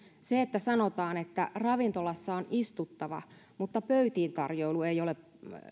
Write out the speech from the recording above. se että sanotaan että ravintolassa on istuttava mutta pöytiintarjoilu ei ole